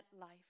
life